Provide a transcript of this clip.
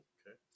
Okay